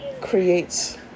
creates